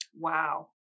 Wow